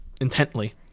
intently